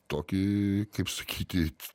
tokį kaip sakyti